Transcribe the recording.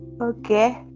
Okay